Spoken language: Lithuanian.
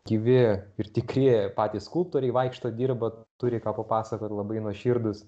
gyvi ir tikri patys skulptoriai vaikšto dirba turi ką papasakot labai nuoširdūs